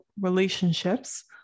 relationships